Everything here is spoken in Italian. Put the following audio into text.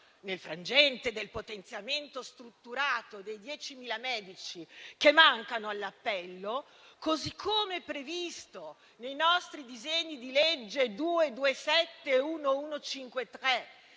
nel frangente del potenziamento strutturato dei 10.000 medici che mancano all'appello - così come previsto nei nostri disegni di legge nn.